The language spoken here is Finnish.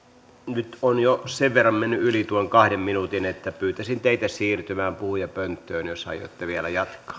nyt on jo sen verran mennyt yli tuon kahden minuutin että pyytäisin teitä siirtymään puhujapönttöön jos aiotte vielä jatkaa